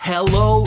Hello